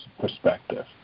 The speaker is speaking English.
perspective